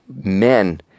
men